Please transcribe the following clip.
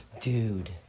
Dude